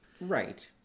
Right